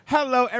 Hello